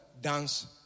dance